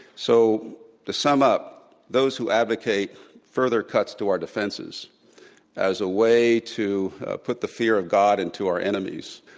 so to sum up, those who advocate further cuts to our defenses as a way to put the fear of god into our enemies,